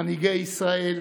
מנהיגי ישראל,